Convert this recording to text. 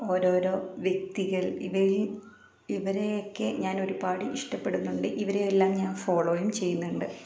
ഓരോരോ വ്യക്തികൾ ഇവയിൽ ഇവരെയൊക്കെ ഞാനൊരുപാട് ഇഷ്ടപ്പെടുന്നുണ്ട് ഇവരെയെല്ലാം ഞാൻ ഫോളോയും ചെയ്യുന്നുണ്ട്